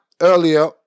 earlier